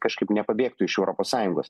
kažkaip nepabėgtų iš europos sąjungos